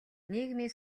нийгмийн